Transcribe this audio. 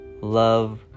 Love